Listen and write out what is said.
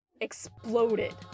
exploded